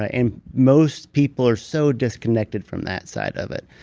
ah and most people are so disconnected from that side of it.